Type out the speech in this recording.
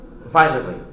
violently